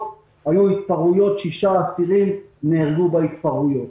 היו התפרעויות ושישה אסירים נהרגו בהתפרעויות,